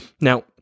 Now